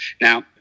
Now